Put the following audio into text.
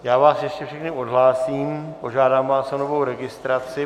Já vás ještě všechny odhlásím, požádám vás o novou registraci.